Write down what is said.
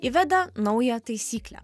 įveda naują taisyklę